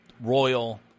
royal